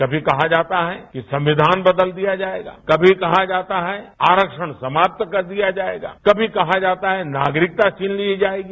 कभी कहा जाता है कि संविधान बदल दिया जाएगा कभी कहा जाता है आरक्षण समाप्त कर दिया जाएगा कभी कहा जाता है नागरिकता छीन ली जाएगी